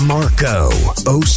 Marco